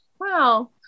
Wow